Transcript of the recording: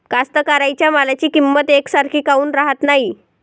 कास्तकाराइच्या मालाची किंमत यकसारखी काऊन राहत नाई?